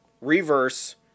Reverse